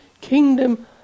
kingdom